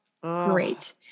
Great